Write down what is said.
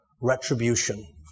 retribution